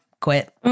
Quit